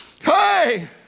hey